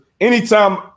anytime